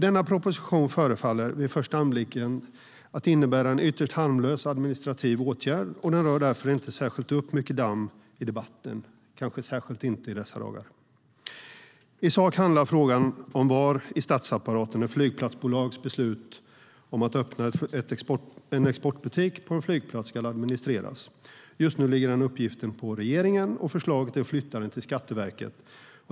Denna proposition förefaller vid första anblicken innebära en ytterst harmlös administrativ åtgärd, och den rör inte upp särskilt mycket damm i debatten - särskilt inte i dessa dagar. I sak handlar frågan om var i statsapparaten ett flygplatsbolags beslut om att öppna en exportbutik på en flygplats ska administreras. Just nu ligger den uppgiften på regeringen, och förslaget är att flytta den till Skatteverket.